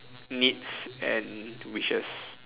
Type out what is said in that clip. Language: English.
needs and wishes